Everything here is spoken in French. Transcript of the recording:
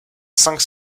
cinq